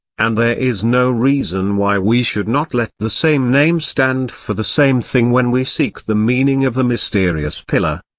and there is no reason why we should not let the same name stand for the same thing when we seek the meaning of the mysterious pillar.